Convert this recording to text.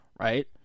Right